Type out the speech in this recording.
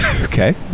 Okay